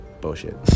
bullshit